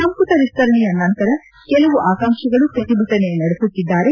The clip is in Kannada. ಸಂಪುಟ ವಿಸ್ತರಣೆಯ ನಂತರ ಕೆಲವು ಆಕಾಂಕ್ಷಿಗಳು ಶ್ರತಿಭಟನೆ ನಡೆಸುತ್ತಿದ್ದಾರೆ